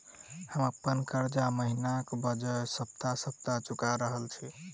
हम अप्पन कर्जा महिनाक बजाय सप्ताह सप्ताह चुका रहल छि